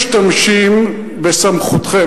אתם משתמשים בסמכותכם,